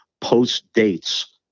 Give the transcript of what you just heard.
post-dates